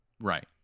Right